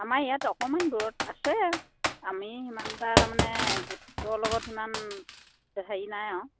আমাৰ ইয়াত অকণমান দূৰত আছে আমি সিমান এটা তাৰমানে গোটৰ লগত সিমান হেৰি নাই আৰু